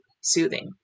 soothing